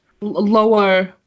Lower